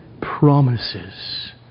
promises